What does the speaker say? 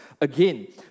Again